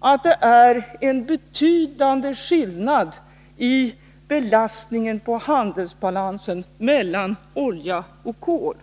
att det är en betydande skillnad i belastningen på håndelsbalansen mellan olja och kol.